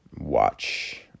watch